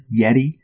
Yeti